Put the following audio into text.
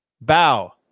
Bow